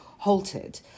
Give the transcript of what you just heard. halted